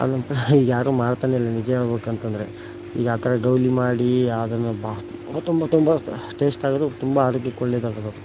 ಆದ ನಂತರ ಯಾರೂ ಮಾಡ್ತಾನೇ ಇಲ್ಲ ನಿಜ ಹೇಳ್ಬೇಕಂತಂದ್ರೆ ಈಗ ಆ ಥರ ಗೌಲಿ ಮಾಡಿ ಅದನ್ನು ಭಾಳ ತುಂಬ ತುಂಬ ಟೇಸ್ಟ್ ಆದರೂ ತುಂಬ ಆರೋಗ್ಯಕ್ಕೆ ಒಳ್ಳೆದಾಗೋದದು